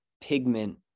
pigment